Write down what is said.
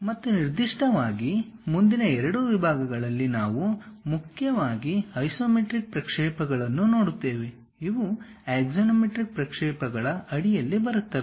ಮತ್ತು ನಿರ್ದಿಷ್ಟವಾಗಿ ಮುಂದಿನ ಎರಡು ವಿಭಾಗಗಳಲ್ಲಿ ನಾವು ಮುಖ್ಯವಾಗಿ ಐಸೊಮೆಟ್ರಿಕ್ ಪ್ರಕ್ಷೇಪಗಳನ್ನು ನೋಡುತ್ತೇವೆ ಇವು ಆಕ್ಸಾನೊಮೆಟ್ರಿಕ್ ಪ್ರಕ್ಷೇಪಗಳ ಅಡಿಯಲ್ಲಿ ಬರುತ್ತವೆ